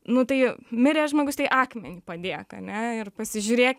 nu tai mirė žmogus tai akmenį padėk ane ir pasižiūrėk